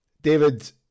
david